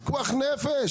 פיקוח נפש,